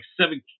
seven